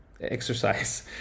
exercise